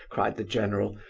cried the general,